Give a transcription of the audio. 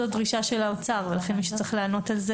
זאת דרישה של האוצר ולכן מי שצריך לענות על זה,